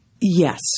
Yes